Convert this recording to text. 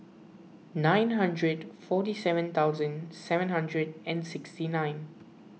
nine hundred and forty seven thousand seven hundred and sixty nine